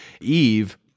Eve